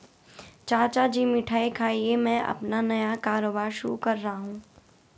चाचा जी मिठाई खाइए मैं अपना नया कारोबार शुरू कर रहा हूं